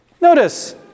Notice